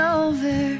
over